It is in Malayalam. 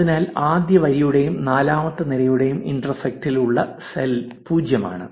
അതിനാൽ ആദ്യ വരിയുടെയും നാലാമത്തെ നിരയുടെയും ഇന്റർസെക്റ്റ് ലുള്ള സെൽ 0 ആണ്